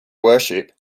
worship